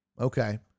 okay